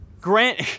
Grant